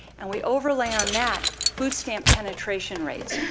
and we overlay on that food stamp penetration rates,